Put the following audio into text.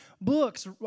books